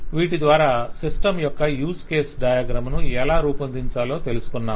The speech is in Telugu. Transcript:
వీటి ద్వారా సిస్టమ్ యొక్క యూజ్ కేస్ డయాగ్రమ్ ను ఎలా రూపొందించాలో తెలుసుకొన్నాం